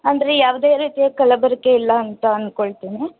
ಅಂದರೆ ಯಾವುದೇ ರೀತಿಯ ಕಲಬೆರಕೆ ಇಲ್ಲ ಅಂತ ಅಂದ್ಕೊಳ್ತೀನಿ